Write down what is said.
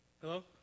Hello